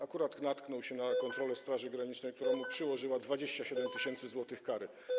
Akurat natknął się na kontrolę Straży Granicznej, która mu przyłożyła 27 tys. zł kary.